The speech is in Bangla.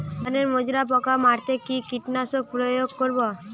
ধানের মাজরা পোকা মারতে কি কীটনাশক প্রয়োগ করব?